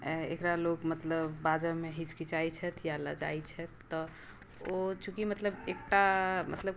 एकरा लोग मतलब बाजैमे हिचकिचाइत छथि या लजाई छथि तऽ ओ चूँकि मतलब एकटा मतलब